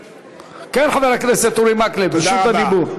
כן, חבר הכנסת אורי מקלב, רשות הדיבור שלך.